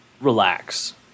relax